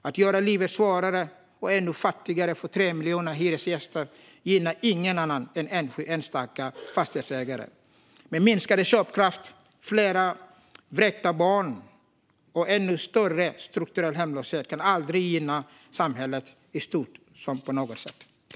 Att göra livet svårare och ännu fattigare för 3 miljoner hyresgäster gynnar ingen annan än enstaka fastighetsägare. Minskad köpkraft, fler vräkta barn och ännu större strukturell hemlöshet kan aldrig gynna samhället i stort på något sätt.